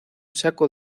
saco